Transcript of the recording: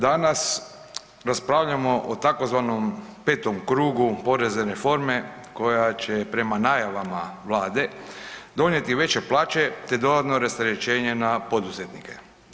Danas raspravljamo o tzv. 5. krugu porezne reforme koja će prema najavama Vlade, donijeti veće plaće te dodatno rasterećenje na poduzetnike.